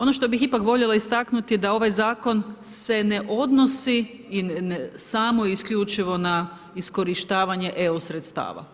Ono što bih ipak voljela istaknuta da ovaj Zakon se ne odnosi samo i isključivo na iskorištavanje EU sredstva.